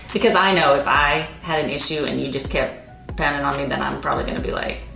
because i know if i had an issue and you just kept pounding on me, then i'm probably gonna be like,